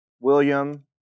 William